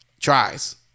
Tries